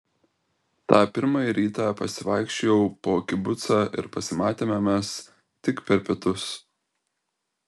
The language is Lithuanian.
tą pirmąjį rytą pasivaikščiojau po kibucą ir pasimatėme mes tik per pietus